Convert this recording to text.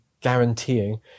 guaranteeing